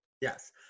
Yes